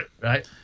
right